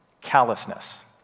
Callousness